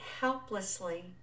helplessly